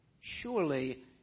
surely